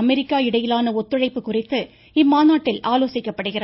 America India இடையிலான ஒத்துழைப்பு குறித்து இம்மாநாட்டில் ஆலோசிக்கப்படுகிறது